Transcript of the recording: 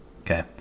Okay